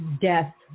death